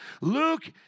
Luke